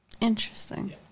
Interesting